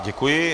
Děkuji.